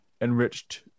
enriched